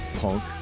punk